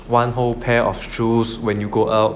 one whole pair of shoes when you go out